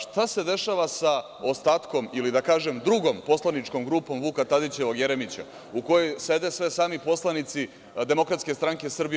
Šta se dešava sa ostatkom ili da kažem drugom poslaničkom grupom Vuka Tadićevog Jeremića u kojoj sede sve sami poslanici DSS do juče.